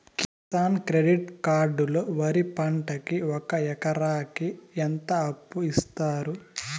Kisan credit card లో వరి పంటకి ఒక ఎకరాకి ఎంత అప్పు ఇస్తారు?